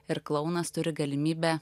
ir klounas turi galimybę